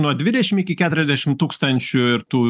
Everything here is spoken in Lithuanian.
nuo dvidešim iki keturiasdešim tūkstančių ir tų